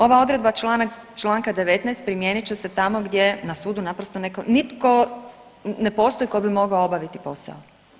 Ova odredba Članka 19. primijenit će se tamo gdje na sudu naprosto netko, nitko ne postoji tko bi mogao obaviti posao.